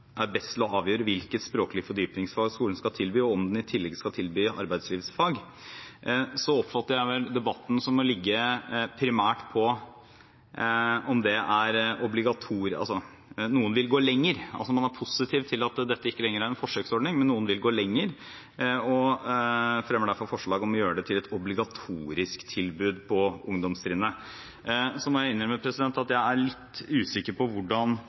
er best til å avgjøre hvilket språklig fordypningsfag skolen skal tilby, og om den i tillegg skal tilby arbeidslivsfaget. Jeg oppfatter at debatten handler om at noen vil gå lenger, man er altså positiv til at dette ikke lenger er en forsøksordning. Noen vil gå lenger og fremmer derfor forslag om å gjøre det til et obligatorisk tilbud på ungdomstrinnet. Jeg må innrømme at jeg er litt usikker på hvordan